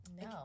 no